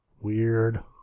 weird